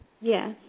Yes